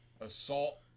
assault